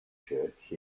church